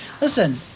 Listen